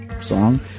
song